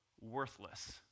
worthless